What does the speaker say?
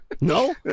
No